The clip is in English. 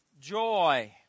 joy